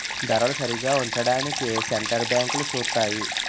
ధరలు సరిగా ఉంచడానికి సెంటర్ బ్యాంకులు సూత్తాయి